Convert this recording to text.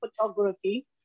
photography